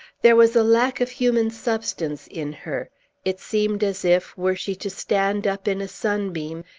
there was a lack of human substance in her it seemed as if, were she to stand up in a sunbeam,